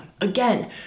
again